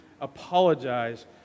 apologize